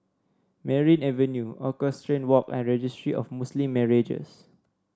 Merryn Avenue Equestrian Walk and Registry of Muslim Marriages